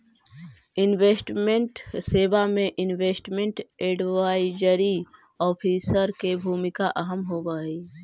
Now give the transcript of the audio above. investment सेवा में investment advisory officer के भूमिका अहम होवऽ हई